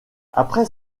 après